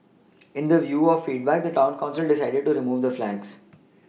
in the view of feedback the town council decided to remove the flags